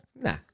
Nah